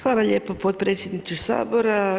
Hvala lijepo potpredsjedniče Sabora.